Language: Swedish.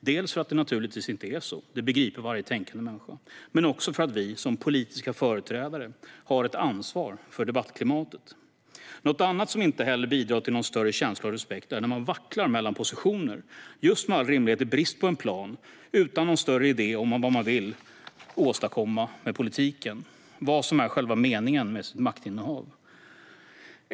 Det är naturligtvis för att det inte är så - det begriper varje tänkande människa - men också för att vi som politiska företrädare har ett ansvar för debattklimatet. Något annat som inte bidrar till någon större känsla av respekt är när man vacklar mellan positioner, just - med all rimlighet - i brist på en plan och utan någon större idé om vad man vill åstadkomma med politiken eller vad som är själva meningen med ens maktinnehav.